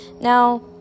now